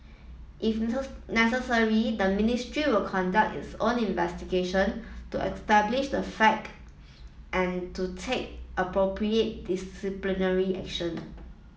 if necessary the Ministry will conduct its own investigation to establish the fact and to take appropriate disciplinary action